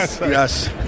Yes